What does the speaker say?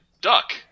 duck